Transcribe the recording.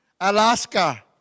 Alaska